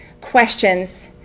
questions